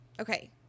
Okay